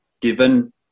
given